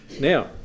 Now